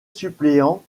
suppléant